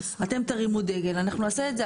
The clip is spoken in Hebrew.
אתם תרימו דגל ואנחנו נעשה את זה.